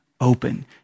open